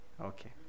Okay